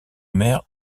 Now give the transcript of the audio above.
mère